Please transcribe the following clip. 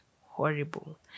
horrible